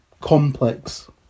complex